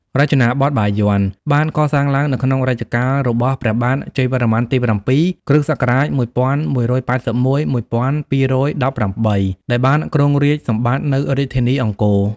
រចនាបថបាយ័ន បានកសាងឡើងនៅក្នុងរជ្ជកាលរបស់ព្រះបាទ ជ័យវរ្ម័នទី៧ (គ.ស.១១៨១-១២១៨) ដែលបានគ្រងរាជ្យសម្បត្តិនៅរាជធានីអង្គរ។